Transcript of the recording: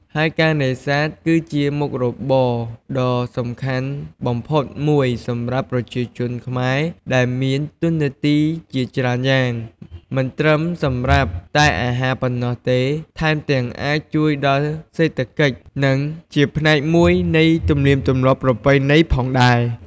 ហើយការនេសាទ គឺជាមុខរបរដ៏សំខាន់បំផុតមួយសម្រាប់ប្រជាជនខ្មែរ ដែលមានតួនាទីជាច្រើនយ៉ាង មិនត្រឹមសម្រាប់តែអាហារប៉ុណ្ណោះទេ ថែមទាំងអាចជួយដល់រសេដ្ឋកិច្ច និងជាផ្នែកមួយនៃទំនៀមទម្លាប់ប្រពៃណីផងដែរ។